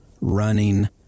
running